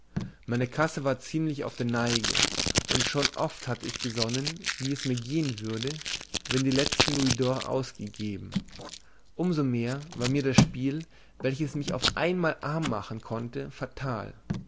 meine kasse war ziemlich auf der neige und schon oft hatte ich gesonnen wie es gehen würde wenn die letzten louisdors ausgegeben um so mehr war mir das spiel welches mich auf einmal arm machen konnte fatal